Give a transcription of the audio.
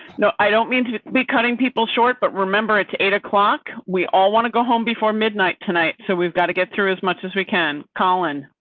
no i don't mean to be cutting people short, but remember, it's eight o'clock. we all want to go home before midnight tonight. so we've got to get through as much as we can. colin.